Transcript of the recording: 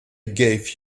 gave